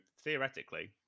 theoretically